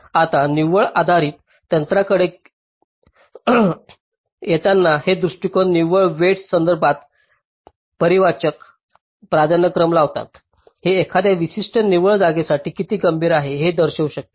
आता निव्वळ आधारीत तंत्रांकडे येताना हे दृष्टिकोन निव्वळ वेईटस संदर्भात परिमाणवाचक प्राधान्यक्रम लावतात जे एखाद्या विशिष्ट निव्वळ जागेसाठी किती गंभीर आहे हे दर्शवू शकते